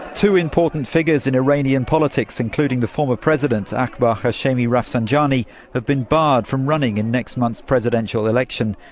two important figures in iranian politics, including the former president, akbar hachemi rafsanjani, have been barred from running in next month's presidential election.